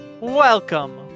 Welcome